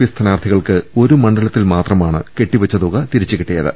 P സ്ഥാനാർത്ഥികൾക്ക് ഒരു മണ്ഡലത്തിൽ മാത്രമാണ് കെട്ടി വെച്ച തുക തിരിച്ചുകിട്ടിയത്